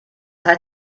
heißt